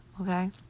okay